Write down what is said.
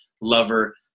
lover